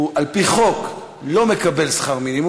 על-פי חוק לא מקבל שכר מינימום,